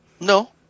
No